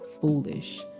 foolish